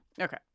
Okay